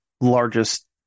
largest